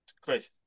crazy